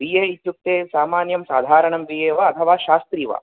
B A इत्युक्ते सामान्यं साधारणं बि ए वा अथवा शास्त्री वा